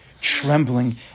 trembling